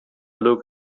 look